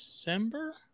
December